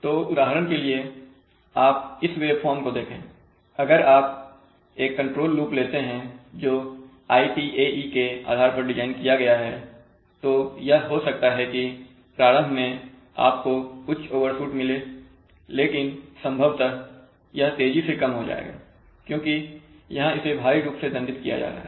तो उदाहरण के लिए आप इस वेवफॉर्म को देखेंअगर आप एक कंट्रोल लूप लेते हैं जो ITAE के आधार पर डिजाइन किया गया है तो यह हो सकता है कि प्रारंभ में आपको उच्च ओवरशूट मिले लेकिन संभवत यह तेजी से कम हो जाएगा क्योंकि यहां इसे भारी रूप से दंडित किया जा रहा है